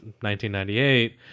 1998